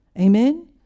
Amen